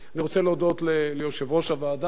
אני רוצה להודות ליושב-ראש הוועדה,